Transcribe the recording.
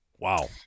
Wow